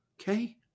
okay